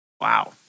Wow